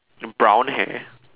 and brown hair